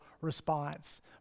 response